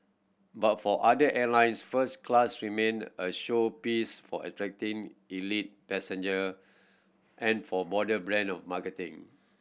but for other airlines first class remained a showpiece for attracting elite passenger and for broader brand marketing